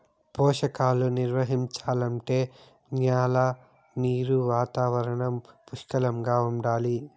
పోషకాలు నిర్వహించాలంటే న్యాల నీరు వాతావరణం పుష్కలంగా ఉండాలి